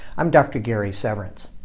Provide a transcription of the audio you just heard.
i'm dr. gary severance.